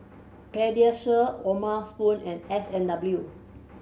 Pediasure O'ma Spoon and S and W